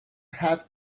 have